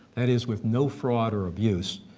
that is with no fraud or abuse,